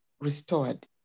restored